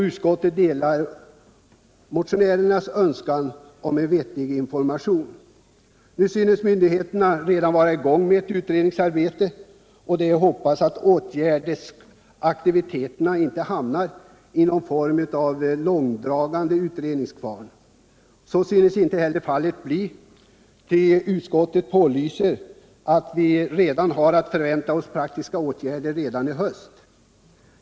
Utskottet delar motionärernas önskan om en vettig information. Myndigheterna synes redan vara i gång med ett utredningsarbete, och det är att hoppas att åtgärdsaktiviteterna inte hamnar i utredningskvarnen i form av långdragna undersökningar. Så synes emellertid inte bli fallet, eftersom utskottet meddelat att vi kan förvänta oss praktiska åtgärder redan till hösten.